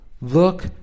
look